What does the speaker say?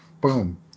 boom